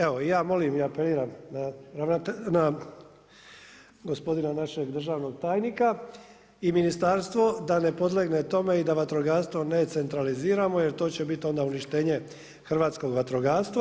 Evo ja molim i apeliram na gospodina našeg državnog tajnika i ministarstvo da ne podlegne tome i da vatrogastvo ne centraliziramo jer to će biti onda uništenje hrvatskog vatrogastva.